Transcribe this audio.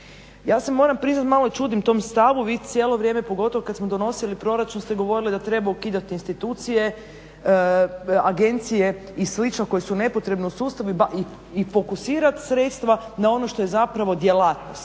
Ja se moram priznati malo čudim tom stavu, vi cijelo vrijeme pogotovo kad smo donosili proračun ste govorili da treba ukidati institucije, agencije i slično koje su nepotrebne u sustavu i fokusirati sredstva na ono što je zapravo djelatnost,